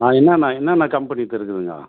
ஆ என்னன்ன என்னன்ன கம்பெனி இப்போ இருக்குதுங்க